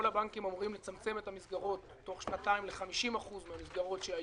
כל הבנקים אמורים לצמצם את המסגרות תוך שנתיים ל-50% מהמסגרות שיש